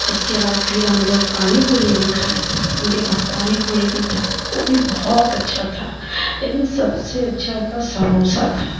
اس کے بعد پھر ہم لوگ پانی پوری بھی کھائیں ان کے پاس پانی پوری بھی تھا وہ بھی بہت اچھا تھا لیکن سب سے اچھا ان کا سموسہ تھا